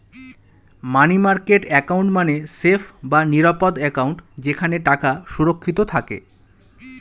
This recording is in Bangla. মানি মার্কেট অ্যাকাউন্ট মানে সেফ বা নিরাপদ অ্যাকাউন্ট যেখানে টাকা সুরক্ষিত থাকে